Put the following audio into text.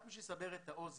רק כדי לסבר את האוזן,